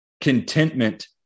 contentment